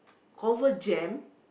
confirm jam